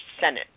Senate